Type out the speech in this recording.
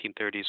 1930s